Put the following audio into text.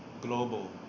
global